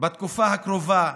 בתקופה הקרובה